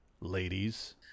ladies